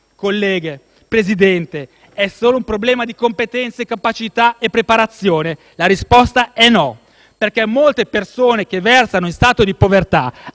colleghe, Presidente, è però solo un problema di competenze, capacità e preparazione? La risposta è no, perché molte persone che versano in stato di povertà